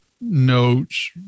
notes